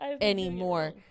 anymore